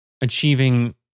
achieving